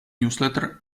newsletter